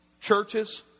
churches